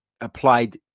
applied